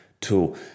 tool